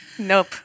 Nope